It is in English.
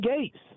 Gates